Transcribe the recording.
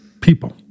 people